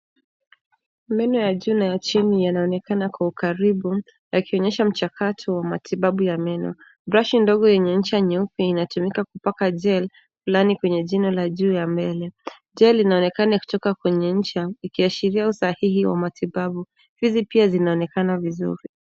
Meno ya juu na ya chini yanaonekana kwa ukaribu yakionyesha mchakato wa matibabu ya meno. Brashi ndogo yenye ncha nyeupe inatumika kupaka gel fulani kwenye jino la juu ya mbele. Gel inaonekana ikitoka kwenye ncha ikiashiria usahihi wa matibabu. Fizi pia zinaonekana vizuri.